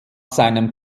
seinem